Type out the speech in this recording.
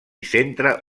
centre